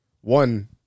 one